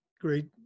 great